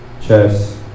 chess